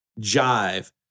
jive